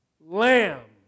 Lamb